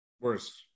Worse